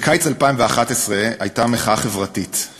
בקיץ 2011 הייתה מחאה חברתית,